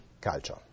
culture